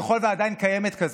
ככל שעדיין קיימת כזאת.